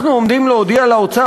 אנחנו עומדים להודיע לאוצר,